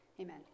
amen